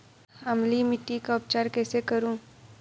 अम्लीय मिट्टी का उपचार कैसे करूँ?